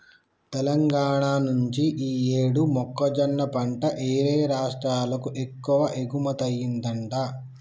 తెలంగాణా నుంచి యీ యేడు మొక్కజొన్న పంట యేరే రాష్టాలకు ఎక్కువగా ఎగుమతయ్యిందంట